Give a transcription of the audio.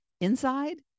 inside